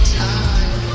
time